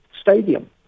Stadium